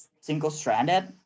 single-stranded